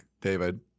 David